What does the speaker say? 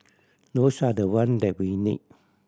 those are the one that we need